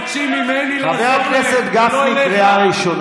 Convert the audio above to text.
מחוברים לאינטרנט.